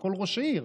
על כל ראש עיר.